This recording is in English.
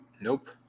Nope